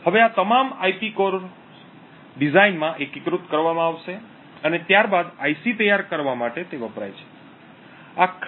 હવે આ તમામ આઇપી કોરો ડિઝાઇનમાં એકીકૃત કરવામાં આવશે અને ત્યારબાદ આઈસી તૈયાર કરવા માટે વપરાય છે